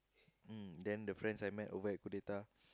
mm then the friends I met over at coup d'etat